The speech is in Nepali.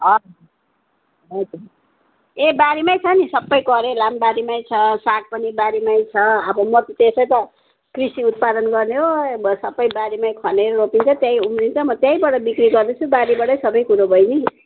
हजुर हजुर ए बारीमै छ नि सबै करेला पनि बारीमै छ साग पनि बारीमै छ अब म त त्यसै त कृषि उत्पादन गर्ने हो अब सबै बारीमै खनेर रोपिन्छ त्यहीँ उम्रिन्छ म त्यहीँबाट बिक्री गर्दैछु बारीबाटै सबै कुरो बहिनी